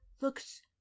looks